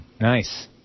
Nice